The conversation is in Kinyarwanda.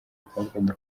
zitandukanye